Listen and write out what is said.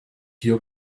hier